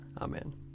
Amen